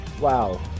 Wow